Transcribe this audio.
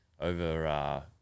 over